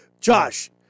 Josh